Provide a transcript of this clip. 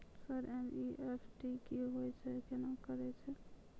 Sir NEFT की होय छै, केना करे छै?